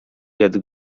wiatr